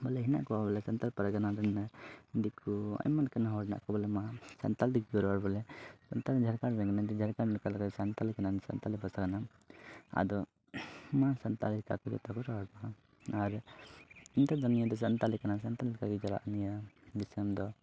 ᱵᱚᱞᱮ ᱦᱮᱱᱟᱜ ᱠᱚᱣᱟ ᱵᱚᱞᱮ ᱥᱟᱱᱛᱟᱞ ᱯᱟᱨᱜᱟᱱᱟ ᱨᱮᱱ ᱫᱤᱠᱩ ᱟᱭᱢᱟ ᱞᱮᱠᱟᱱ ᱦᱚᱲ ᱢᱮᱱᱟᱜ ᱠᱚᱣᱟ ᱵᱚᱞᱮ ᱥᱟᱱᱛᱟᱲ ᱛᱮᱜᱮ ᱠᱚ ᱨᱚᱲᱟ ᱵᱚᱞᱮ ᱥᱟᱱᱛᱟᱲ ᱡᱷᱟᱲᱠᱷᱚᱸᱰ ᱨᱮᱱ ᱠᱟᱱᱟᱹᱧ ᱥᱟᱱᱛᱟᱲ ᱠᱟᱱᱟᱢ ᱥᱟᱱᱛᱟᱲᱤ ᱵᱷᱟᱥᱟ ᱠᱟᱱᱟᱢ ᱟᱫᱚ ᱱᱚᱣᱟ ᱥᱟᱱᱛᱟᱲ ᱞᱮᱠᱟ ᱡᱚᱛᱚ ᱠᱚ ᱨᱚᱲ ᱵᱟᱠᱷᱟᱱ ᱟᱨ ᱱᱮᱛᱟᱨ ᱫᱚ ᱱᱤᱭᱟᱹ ᱫᱚ ᱥᱟᱱᱛᱟᱲᱤ ᱠᱟᱱᱟ ᱥᱮ ᱥᱟᱱᱛᱟᱲ ᱞᱮᱠᱟᱜᱮ ᱪᱟᱞᱟᱜ ᱱᱤᱭᱟᱹ ᱫᱤᱥᱚᱢ ᱫᱚ